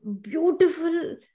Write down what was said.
beautiful